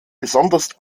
besonders